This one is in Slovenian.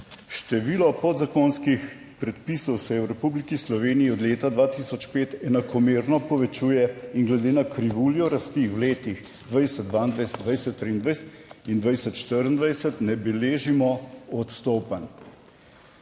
število podzakonskih predpisov se v Republiki Sloveniji od leta 2005 enakomerno povečuje in glede na krivuljo rasti v letih 2022, 2023 in 2024 ne beležimo odstopanj,